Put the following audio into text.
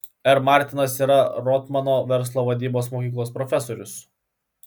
r martinas yra rotmano verslo vadybos mokyklos profesorius